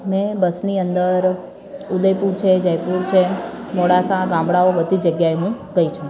મેં બસની અંદર ઉદેયપુર છે જયપુર છે મોડાસા ગામડાંઓ બધી જ જગ્યાએ હું ગઈ છું